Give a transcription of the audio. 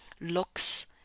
looks